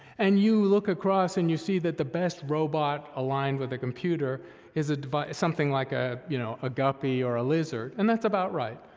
and you look across and you see that the best robot aligned with a computer is something like ah you know a guppy or a lizard, and that's about right.